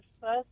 first